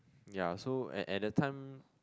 ya so at at the time